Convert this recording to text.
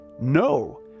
no